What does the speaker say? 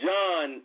John